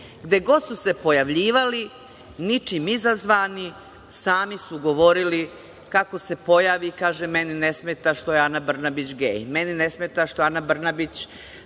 Gde god su se pojavljivali ničim izazvani sami su govorili, kako se pojavi, kaže meni ne smeta što je Ana Brnabić gej, meni ne smeta što je Ana Brnabić,